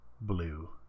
blue